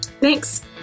Thanks